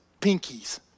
pinkies